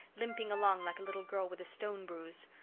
limping along like a little girl with a stone bruise!